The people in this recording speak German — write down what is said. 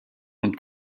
und